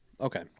Okay